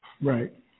Right